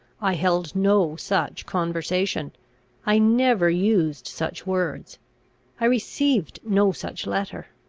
i held no such conversation i never used such words i received no such letter.